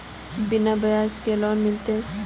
बिना ब्याज के लोन मिलते?